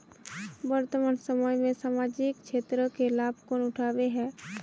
वर्तमान समय में सामाजिक क्षेत्र के लाभ कौन उठावे है?